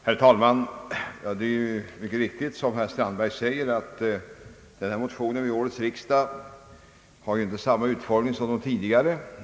Herr talman! Det är mycket riktigt som herr Strandberg säger att den motion vid årets riksdag det här gäller inte har samma utformning som tidigare motioner i ämnet.